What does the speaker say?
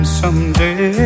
someday